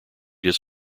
his